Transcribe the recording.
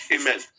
Amen